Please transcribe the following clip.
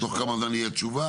תוך כמה זמן תהיה תשובה?